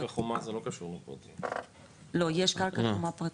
קרקע חומה זה לא קשור ל- לא, יש קרקע חומה פרטית.